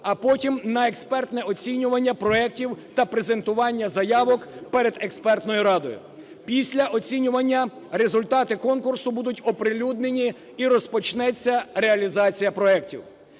а потім на експертне оцінювання проектів та презентування заявок перед експертною радою. Після оцінювання результати конкурсу будуть оприлюднені і розпочнеться реалізація проектів.